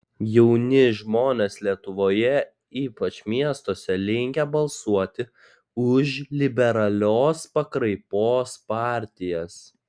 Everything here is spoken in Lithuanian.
jauni žmonės lietuvoje ypač miestuose linkę balsuoti už liberalios pakraipos partijas